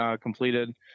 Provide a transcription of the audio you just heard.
completed